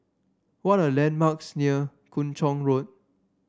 what are the landmarks near Kung Chong Road